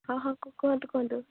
ହଁ ହଁ କୁହନ୍ତୁ କୁହନ୍ତୁ